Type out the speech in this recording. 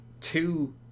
two